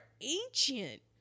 ancient